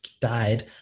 died